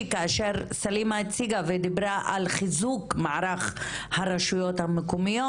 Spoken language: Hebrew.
כאשר סלימה הציגה ודיברה על חיזוק מערך הרשויות המקומיות,